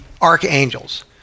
archangels